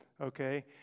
okay